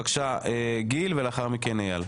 בבקשה,